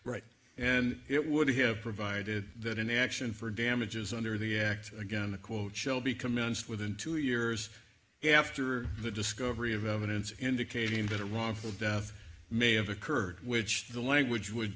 right and it would have provided that an action for damages under the act again a quote shall be commenced within two years after the discovery of evidence indicating that a wrongful death may have occurred which the language would